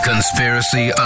Conspiracy